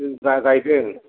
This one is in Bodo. खइ बिघा गाइदों